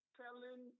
telling